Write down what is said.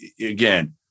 again